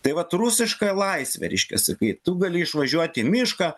tai vat rusiška laisvė reiškiasi kai tu gali išvažiuoti į mišką